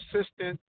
assistant